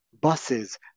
buses